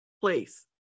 place